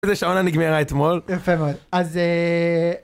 ...זה שהעונה נגמרה אתמול. יפה מאוד, אז אה...